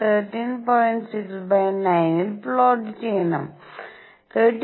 6 9 ൽ പ്ലോട്ട് ചെയ്യണം 13